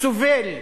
סובל.